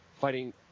fighting